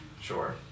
Sure